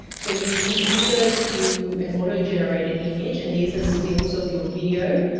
so you can either do an auto-generated image and these are stills of your video.